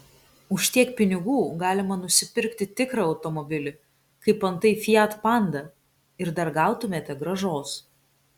už tiek pinigų galima nusipirkti tikrą automobilį kaip antai fiat panda ir dar gautumėte grąžos